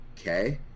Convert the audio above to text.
Okay